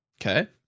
Okay